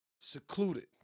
secluded